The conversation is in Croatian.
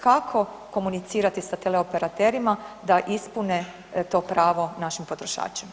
Kako komunicirati sa teleoperaterima da ispune to pravo našim potrošačima?